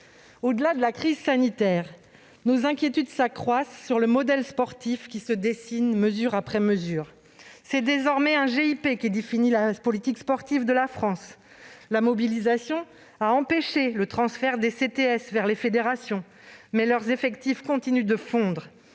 Au-delà de la crise sanitaire, nos inquiétudes s'accroissent sur le modèle sportif qui se dessine, mesure après mesure. C'est désormais un groupement d'intérêt public (GIP) qui définit la politique sportive de la France. La mobilisation a empêché le transfert des CTS vers les fédérations, mais leurs effectifs continuent de fondre.